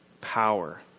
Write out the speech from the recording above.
power